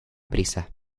prisa